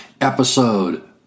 episode